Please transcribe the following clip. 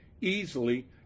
easily